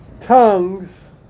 Tongues